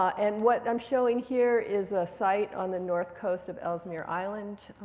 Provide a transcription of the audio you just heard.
and what i'm showing here is a site on the north coast of ellesmere island,